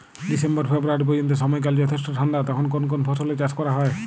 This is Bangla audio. ডিসেম্বর ফেব্রুয়ারি পর্যন্ত সময়কাল যথেষ্ট ঠান্ডা তখন কোন কোন ফসলের চাষ করা হয়?